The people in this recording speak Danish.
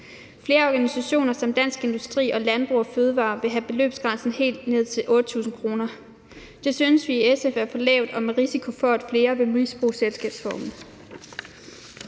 Flere organisationer som Dansk Industri og Landbrug & Fødevarer vil have beløbsgrænsen helt ned på 8.000 kr. Det synes vi i SF er for lavt, og vi mener, at det vil medføre en risiko for, at flere vil misbruge selskabsformen.